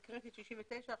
בסדר.